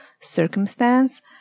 circumstance